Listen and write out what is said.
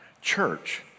church